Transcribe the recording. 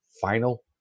final